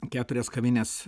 keturias kavines